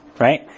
right